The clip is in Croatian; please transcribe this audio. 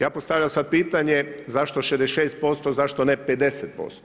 Ja postavljam sada pitanje zašto 66%, zašto ne 50%